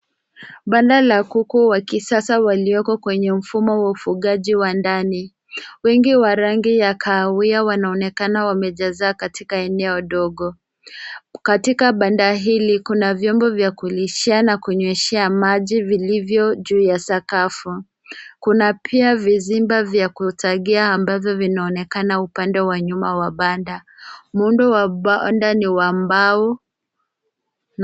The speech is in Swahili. Banda la kuku wa kisasa walioko kwenye mfumo wa ufugaji wa ndani. Wengi wa rangi ya kahawia wanaonekana wamejaza katika eneo ndogo. Katika banda hili kuna vyombo vya kulishia na kunyweshea maji vilivyo juu ya sakafu. Kuna pia vizimba vya kutagia ambavyo vinaonekana upande wa nyuma wa banda. Muundo wa banda ni wa mbao na...